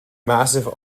massive